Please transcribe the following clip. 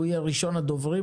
והוא יהיה ראשון הדוברים.